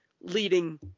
leading